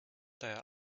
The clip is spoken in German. daher